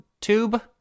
tube